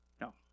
No